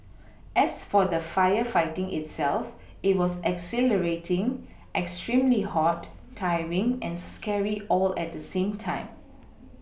as for the firefighting itself it was exhilarating extremely hot tiring and scary all at the same time